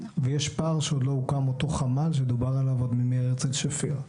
ויש פער שעוד לא הוקם אותו חמ"ל שדובר עליו עוד מהרצל שפיר.